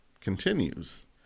continues